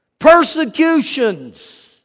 persecutions